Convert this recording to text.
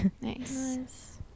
nice